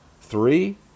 Three